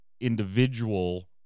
individual